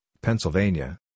Pennsylvania